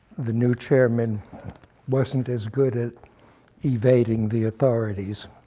the new chairman wasn't as good at evading the authorities.